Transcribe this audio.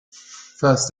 first